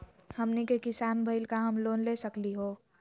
हमनी के किसान भईल, का हम लोन ले सकली हो?